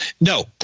No